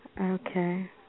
Okay